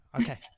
Okay